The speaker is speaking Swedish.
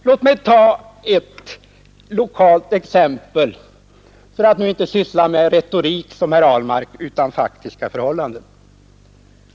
Låt mig ta ett lokalt exempel för att nu inte syssla med retorik liksom herr Ahlmark utan med faktiska förhållanden.